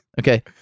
Okay